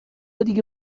دیگه